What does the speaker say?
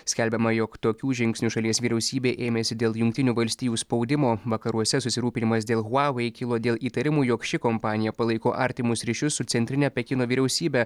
skelbiama jog tokių žingsnių šalies vyriausybė ėmėsi dėl jungtinių valstijų spaudimo vakaruose susirūpinimas dėl huawei kilo dėl įtarimų jog ši kompanija palaiko artimus ryšius su centrine pekino vyriausybe